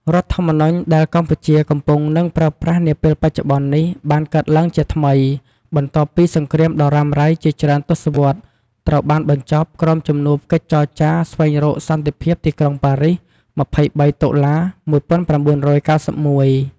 រដ្ឋធម្មនុញ្ញ ដែលកម្ពុជាកំពុងនិងប្រើប្រាស់នាពេលបច្ចុប្បន្ននេះ បានកើតឡើងជាថ្មី បន្ទាប់ពីសង្រ្គាមដ៏រ៉ាំរៃជាច្រើនទសវត្សរ៍ត្រូវបានបញ្ចប់ក្រោមជំនួបកិច្ចចរចាស្វែងរកសន្តិភាពទីក្រុងប៉ារីស ២៣ តុលា ១៩៩១។